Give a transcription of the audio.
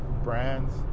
brands